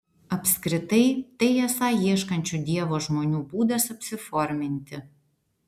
apskritai tai esą ieškančių dievo žmonių būdas apsiforminti